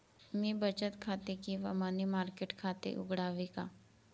मी बचत खाते किंवा मनी मार्केट खाते उघडावे का?